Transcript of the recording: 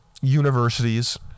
universities